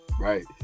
right